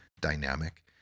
dynamic